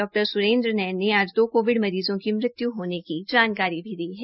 डा स्रेन्द्र नैन ने आज दो कोविड मरीज़ों की मृत्य होने की जानकारी भी दी है